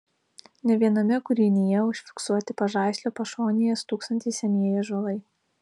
ne viename kūrinyje užfiksuoti pažaislio pašonėje stūksantys senieji ąžuolai